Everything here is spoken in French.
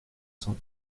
cent